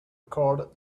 card